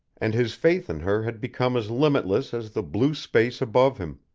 and his faith in her had become as limitless as the blue space above him.